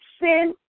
sin